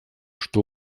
что